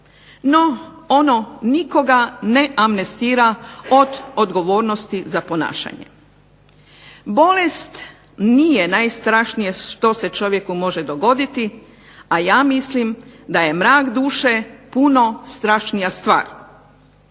No, ono nikoga ne amnestira od odgovornosti za ponašanje. Bolest nije najstrašnije što se čovjeku može dogoditi, a ja mislim da je mrak duše puno strašnija stvar.